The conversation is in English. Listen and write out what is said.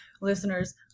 listeners